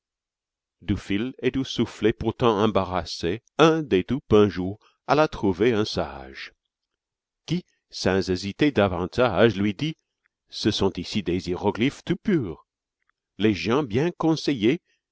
du fil et du soufflet pourtant embarrassé un des dupes un jour alla trouver un sage qui sans hésiter davantage lui dit ce sont ici hiéroglyphes tout purs les gens bien conseillés